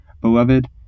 Beloved